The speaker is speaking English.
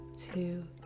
Two